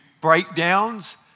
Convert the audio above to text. breakdowns